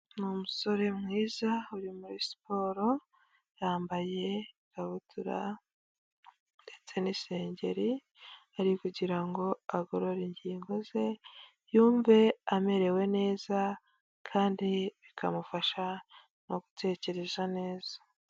Ni umusore mwiza uri muri siporo yambaye, ikabutura ndetse n'isengeri ari kugira ngo agorora ingingo ze, yumve amerewe neza kandi bikamufasha no gutekereza neza.